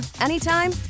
anytime